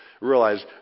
Realize